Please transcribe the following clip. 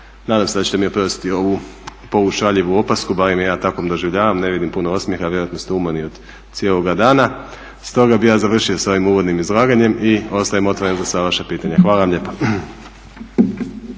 Nadam se da ćete mi oprostiti ovu polušaljivu opasku, barem je ja takvom doživljavam. Ne vidim puno osmijeha, vjerojatno ste umorni od cijeloga dana. Stoga bih ja završio s ovim uvodnim izlaganjem i ostajem otvoren za sva vaša pitanja. Hvala vam lijepa.